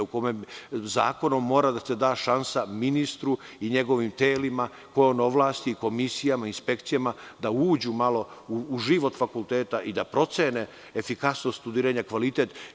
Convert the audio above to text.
U kome zakonom mora da se da šansa ministru i njegovim telima koje on ovlasti, komisijama, inspekcijama, da uđu malo u život fakulteta i da procene efikasnost studiranja, kvalitet.